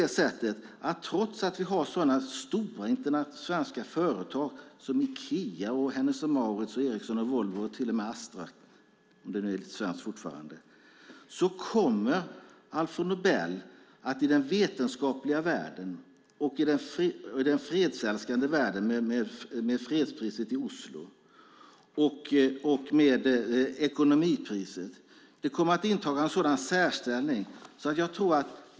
Trots att vi har stora svenska företag som Ikea, Hennes & Mauritz, Ericsson, Volvo och till och med Astra, om det nu är svenskt fortfarande, tror jag att Alfred Nobels pris i den vetenskapliga världen, fredspriset i Oslo i den fredsälskande världen och ekonomipriset kommer att inta en särställning.